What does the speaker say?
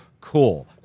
cool